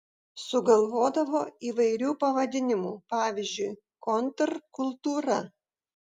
sugalvodavo įvairių pavadinimų pavyzdžiui kontrkultūra